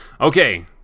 okay